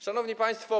Szanowni Państwo!